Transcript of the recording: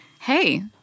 hey